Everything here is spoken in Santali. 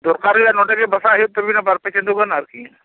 ᱫᱚᱨᱠᱟᱨ ᱦᱩᱭᱩᱼᱟ ᱱᱚᱰᱮ ᱜᱮ ᱵᱟᱥᱟ ᱦᱩᱭᱩᱜ ᱛᱟᱹᱵᱤᱱᱟ ᱵᱟᱨᱯᱮ ᱪᱟᱸᱫᱳ ᱜᱟᱱ ᱟᱨᱠᱤ